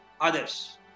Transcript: others